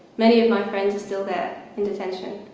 many of my friends are still there in detention.